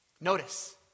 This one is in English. Notice